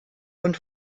und